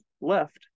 left